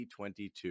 2022